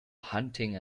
hunting